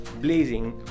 blazing